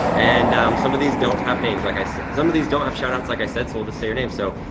and some of these don't have names like i, some of these don't have shout-outs, like i said, so we'll just say your name. so,